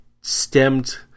stemmed